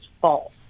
false